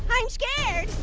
i'm scared.